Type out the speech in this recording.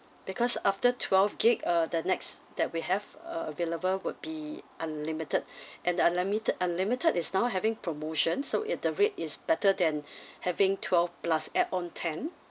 because after twelve gig~ uh the next that we have a~ available would be unlimited and the unlimited unlimited is now having promotion so it the rate is better than having twelve plus add on ten